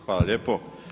Hvala lijepo.